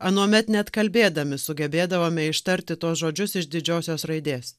anuomet net kalbėdami sugebėdavome ištarti tuos žodžius iš didžiosios raidės